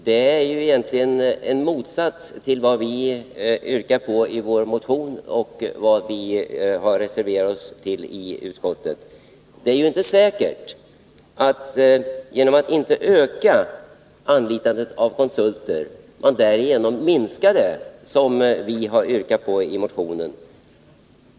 Det är egentligen en motsats till vad vi yrkat på i vår motion och vad vi har reserverat oss för i utskottet. Det är ju inte säkert att man genom att inte öka anlitandet av konsulter därigenom minskar detta, vilket vi har yrkat på i motionen.